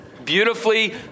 beautifully